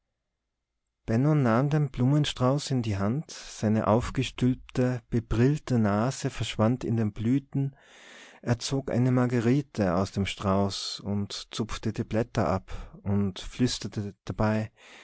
nahm den blumenstrauß in die hand seine aufgestülpte bebrillte nase verschwand in den blüten er zog eine marguerite aus dem strauß und zupfte die blätter ab und flüsterte dabei